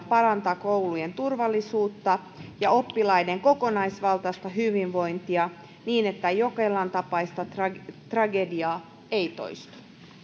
parantaa koulujen turvallisuutta ja oppilaiden kokonaisvaltaista hyvinvointia niin että jokelan tapainen tragedia tragedia ei toistu